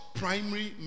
primary